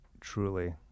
truly